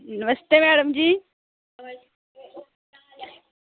नमस्ते madam जी